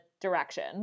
direction